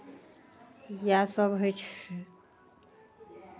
इएह सभ होइ छै